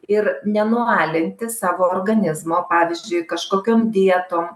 ir nenualinti savo organizmo pavyzdžiui kažkokiom dietom